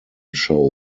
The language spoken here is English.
show